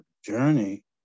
journey